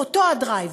באותו הדרייב,